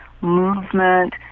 movement